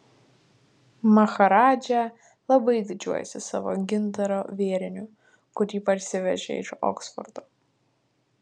maharadža labai didžiuojasi savo gintaro vėriniu kurį parsivežė iš oksfordo